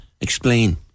Explain